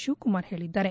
ಶಿವಕುಮಾರ್ ಹೇಳಿದ್ದಾರೆ